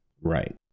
Right